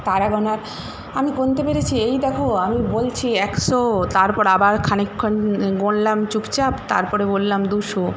তারা গোনার আমি গুনতে পেরেছি এই দেখো আমি বলছি একশো তারপর আবার খানিকক্ষণ গুনলাম চুপচাপ তারপরে বললাম দুশো